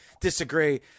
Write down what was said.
disagree